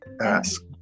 ask